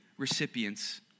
recipients